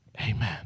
Amen